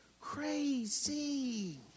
crazy